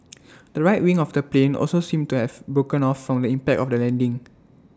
the right wing of the plane also seemed to have broken off from the impact of the landing